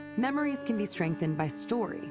memories can be strengthened by story